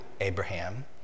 Abraham